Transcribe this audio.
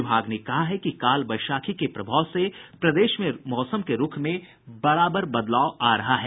विभाग ने कहा है कि काल बैशाखी के प्रभाव से प्रदेश में मौसम के रूख में बार बार बदलाव आ रहा है